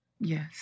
Yes